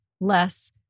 less